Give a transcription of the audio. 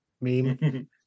meme